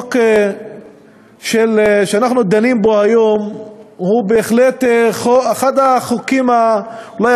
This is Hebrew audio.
שהחוק שאנחנו דנים בו היום הוא בהחלט אחד החוקים אולי